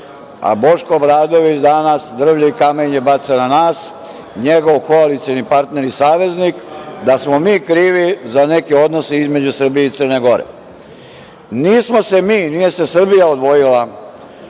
a Boško Obradović danas drvlje i kamenje baca na nas, njegov koalicioni partner i saveznik, da smo mi krivi za neke odnose između Srbije i Crne Gore. Nismo se mi, nije se Srbija odvojila